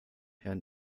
herrn